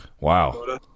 Wow